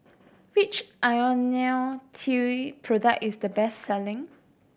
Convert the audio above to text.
which Ionil T product is the best selling